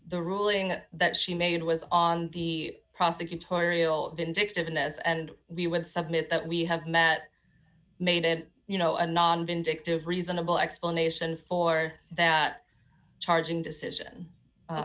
the ruling that she made was on the prosecutorial vindictiveness and we went submit that we have met made at you know a non vindictive reasonable explanation for that charging decision